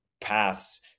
paths